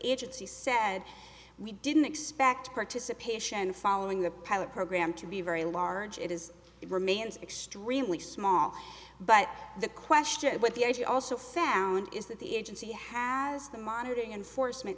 agency said we didn't expect participation following the pilot program to be very large it is it remains extremely small but the question what the i should also say is that the agency has the monitoring enforcement